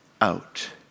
out